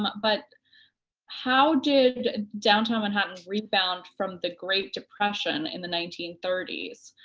but but how did downtown manhattan rebound from the great depression in the nineteen thirty s?